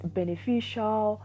beneficial